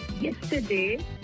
Yesterday